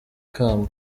kamba